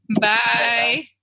Bye